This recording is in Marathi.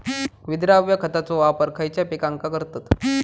विद्राव्य खताचो वापर खयच्या पिकांका करतत?